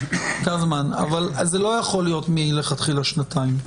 אבל זה לא יכול להיות מלכתחילה שנתיים.